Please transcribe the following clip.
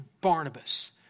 Barnabas